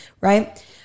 right